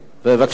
בבקשה,